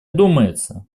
думается